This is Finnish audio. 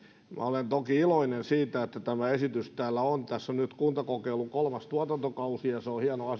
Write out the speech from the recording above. olen toki iloinen siitä että tämä esitys täällä on tässä on nyt kuntakokeilun kolmas tuotantokausi ja se on hieno asia että